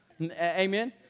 amen